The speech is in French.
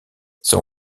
son